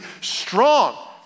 strong